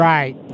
Right